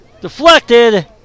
Deflected